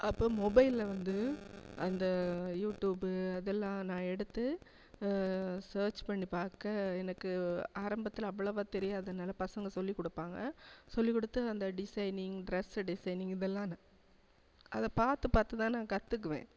அப்போ மொபைலில் வந்து அந்த யூடியூபு அதெல்லாம் நான் எடுத்து சர்ச் பண்ணி பார்க்க எனக்கு ஆரம்பத்தில் அவ்வளவா தெரியதனால் பசங்க சொல்லிக்கொடுப்பாங்க சொல்லிக்கொடுத்து அந்த டிசைனிங் ட்ரெஸ்ஸு டிசைனிங் இதெல்லாம் நான் அதை பார்த்து பார்த்துதான் நான் கற்றுக்குவேன்